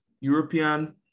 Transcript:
European